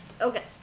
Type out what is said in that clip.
Okay